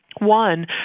One